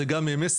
זה גם מסר,